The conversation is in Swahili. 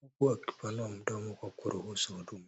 huku akipanua mdomo kwa kuruhusu huduma.